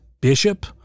bishop